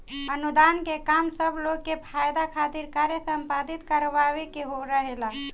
अनुदान के काम सब लोग के फायदा खातिर कार्य संपादित करावे के रहेला